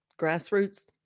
Grassroots